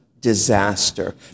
disaster